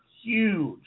Huge